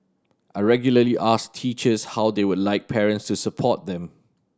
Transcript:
I regularly ask teachers how they would like parents to support them